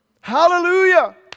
Hallelujah